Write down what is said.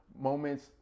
moments